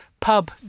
Pub